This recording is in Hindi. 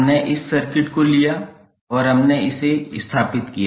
हमने इस सर्किट को लिया और हमने इसे स्थापित किया